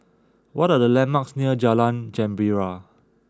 what are the landmarks near Jalan Gembira